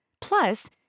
plus